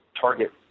target